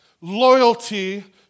loyalty